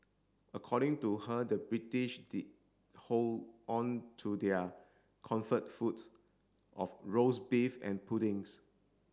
according to her the British did hold on to their comfort foods of roast beef and puddings